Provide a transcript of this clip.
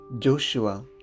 Joshua